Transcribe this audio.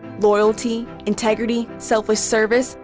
loyalty. integrity. selfless service.